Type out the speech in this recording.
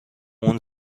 اونم